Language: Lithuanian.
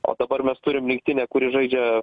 o dabar mes turim rinktinę kuri žaidžia